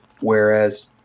Whereas